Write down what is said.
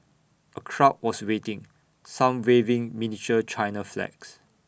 A crowd was waiting some waving miniature China flags